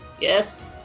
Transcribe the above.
Yes